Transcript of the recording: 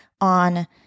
on